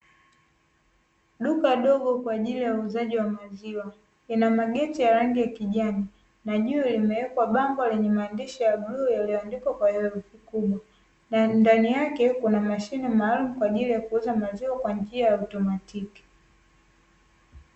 Duka dogo kwa ajili ya uuzaji wa maziwa, lina mageti ya rangi ya kijani na juu limewekwa bango lenye maandishi ya bluu yaliyoandikwa kwa herufi kubwa, na ndani yake kuna mashine maalumu ya kuuza maziwa kwa njia ya kiautomatiki.